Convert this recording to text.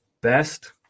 best